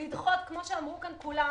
כפי שאמרו כאן כולם,